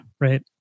Right